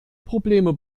probleme